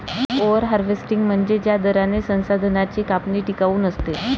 over harvesting म्हणजे ज्या दराने संसाधनांची कापणी टिकाऊ नसते